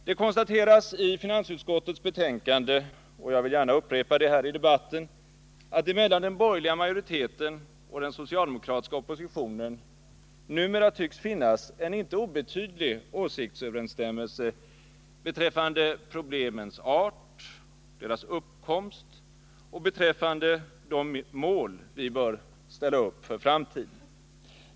Det konstateras i finansutskottets betänkande, och jag vill gärna upprepa det här i debatten, att det mellan den borgerliga majoriteten och den socialdemokratiska oppositionen numera tycks finnas en inte obetydlig åsiktsöverensstämmelse beträffande problemens art och uppkomst samt beträffande de mål vi bör ställa upp för framtiden.